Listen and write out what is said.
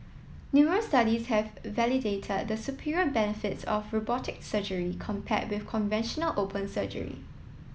numerous studies have validated the superior benefits of robotic surgery compare with conventional open surgery